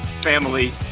family